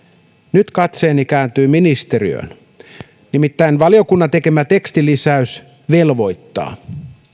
nyt katseeni kääntyy ministeriöön nimittäin valiokunnan tekemä tekstilisäys velvoittaa